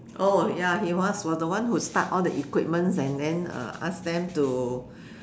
oh ya he was was the one who start all the equipments and then uh ask them to